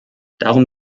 darum